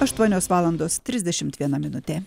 aštuonios valandos trisdešimt viena minutė